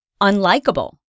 unlikable